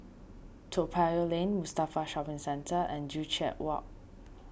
Toa Payoh Lane Mustafa Shopping Centre and Joo Chiat Walk